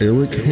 Eric